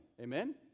Amen